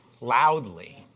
loudly